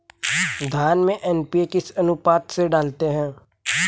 धान में एन.पी.के किस अनुपात में डालते हैं?